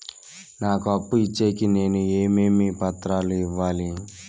నాకు అప్పు ఇచ్చేకి నేను ఏమేమి పత్రాలు ఇవ్వాలి